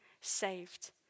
saved